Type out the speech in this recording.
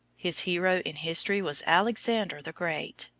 his hero in history was alexander the great.